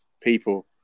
people